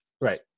right